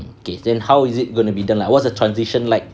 okay then how is it going to be done like what's the transition like